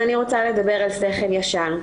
ואני רוצה לדבר על שכל ישר.